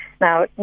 Now